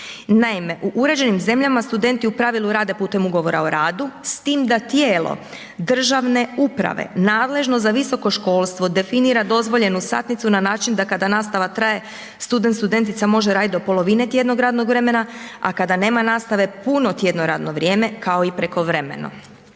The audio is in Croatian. Naime, u uređenim zemljama studenti u pravilu rade putem Ugovora o radu s tim da tijelo državne uprave nadležno za visoko školstvo definira dozvoljenu satnicu na način da kada nastava traje student, studentica može radit do polovine tjednog radnog vremena, a kada nema nastave puno tjedno radno vrijeme, kao i prekovremeno.